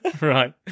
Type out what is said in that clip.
right